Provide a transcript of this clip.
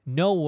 no